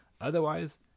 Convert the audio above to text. Otherwise